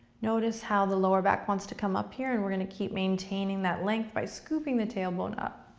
notice how the lower back wants to come up here and we're gonna keep maintaining that length by scooping the tailbone up.